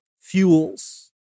fuels